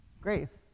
Grace